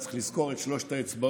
צריך לזכור את שלוש האצבעות